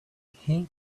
him